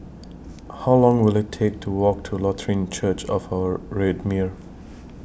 How Long Will IT Take to Walk to Lutheran Church of Our Redeemer